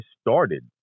started